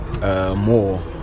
more